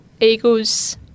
Eagles